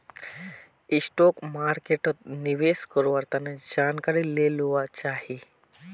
stock मार्केटोत निवेश कारवार तने जानकारी ले लुआ चाछी